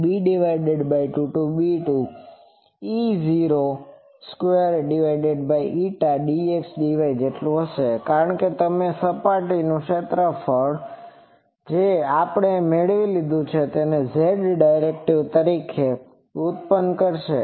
Pr12 a2a2 b2b2E02dxdy કારણ કે તમારું સપાટીનું ક્ષેત્રફળ જે આપણે મેળવી લીધું છે તે z ડિરેક્ટર હશે તેથી તે ઉત્પાદન રદ થશે